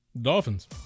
Dolphins